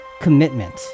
commitment